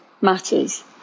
matters